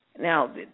Now